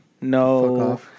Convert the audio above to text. no